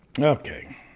Okay